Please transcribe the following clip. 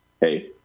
Hey